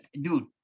dude